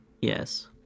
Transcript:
yes